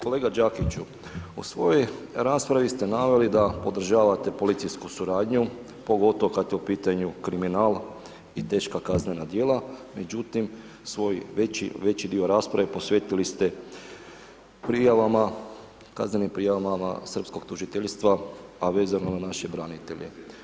Kolega Đakiću, u svojoj raspravi ste navali, da podržavate policijsku suradnju, pogotovo kada je u pitanju kriminal i teška kaznena dijela, međutim, svoj veći dio rasprave, posvetili ste kaznenim prijavama srpskog tužiteljstva, a vezano za naše branitelje.